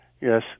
Yes